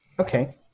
Okay